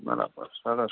બરાબર સરસ